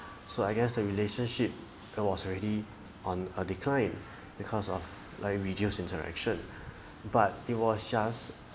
so I guess the relationship it was already on a decline because of like reduce interaction but it was just